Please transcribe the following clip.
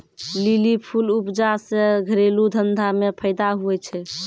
lily फूल उपजा से घरेलू धंधा मे फैदा हुवै छै